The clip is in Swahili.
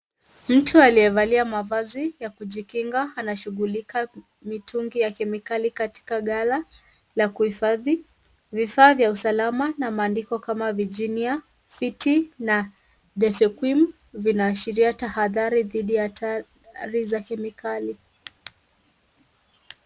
Mtu aliyevalia mavazi ya kujikinga anashughulika mitungi ya kemikali katika ghala la kuhifadhi.V ifaa vya usalama, na maandiko kama vijini ya fiti na defekwim vinaashiria tahadhari dhidi ya hatari za kemikali.